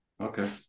Okay